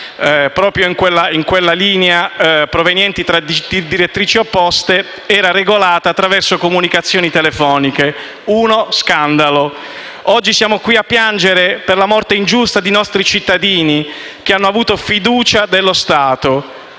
l'alternanza tra treni provenienti da direttrici opposte fosse regolata attraverso comunicazioni telefoniche: uno scandalo. Oggi siamo qui a piangere la morte ingiusta dei nostri cittadini che hanno avuto fiducia nello Stato.